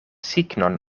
signon